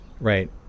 right